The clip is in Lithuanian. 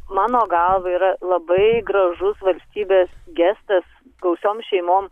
mano galva yra labai gražus valstybės gestas gausioms šeimoms